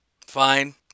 Fine